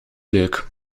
leuk